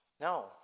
No